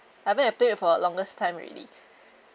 haven't had PlayMade for a longest time already